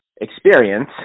experience